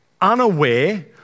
unaware